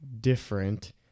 different